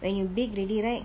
when you bake already right